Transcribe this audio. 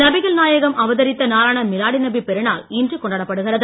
நபிகள் நாயகம் அவதரித்த நாளான மிலாடிநபி பெருநாள் இன்று கொண்டாடப் படுகிறது